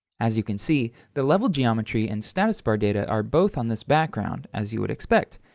as you can see, the level geometry and status bar data are both on this background as you would expect.